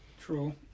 True